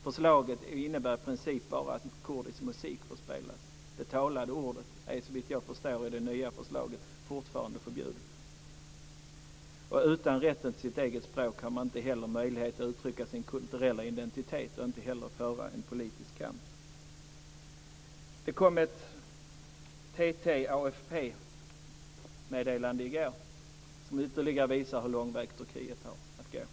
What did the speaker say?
Förslaget innebär i princip bara att kurdisk musik får spelas. Det talade ordet är, såvitt jag förstår, fortfarande förbjudet i det nya förslaget. Utan rätten till sitt eget språk har man inte heller möjligheten att uttrycka sin kulturella identitet eller föra en politisk kamp. Det kom i går ett TT-AFP-meddelande som ytterligare visar hur lång väg Turkiet har att gå.